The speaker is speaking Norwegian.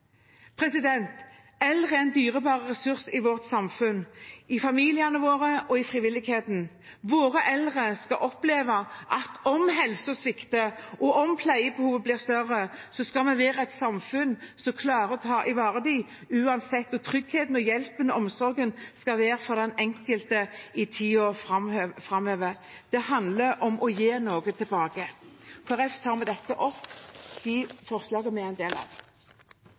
Eldre er en dyrebar ressurs i samfunnet vårt, i familiene våre og i frivilligheten. Våre eldre skal oppleve at om helsen svikter og pleiebehovet blir større, skal vi være et samfunn som klarer å ivareta dem uansett. Og tryggheten, hjelpen og omsorgen skal være for den enkelte i tiden framover. Det handler om å gi noe tilbake. Miljøpartiet De Grønne vil takke regjeringen for satsingen på eldreomsorgen. I Norge framstilles alderdom ofte som noe negativt. Det er